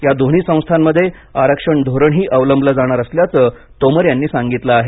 या दोन्ही संस्थांमध्ये आरक्षण धोरणही अवलंबले जाणार असल्याचं तोमर यांनी सांगितलं आहे